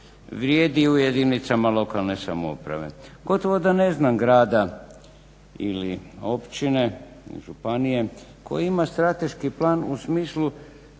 vrijedi u jedinicama lokalne samouprave. Gotovo da ne znam grada ili općine ili županije koji ima strateški plan u smislu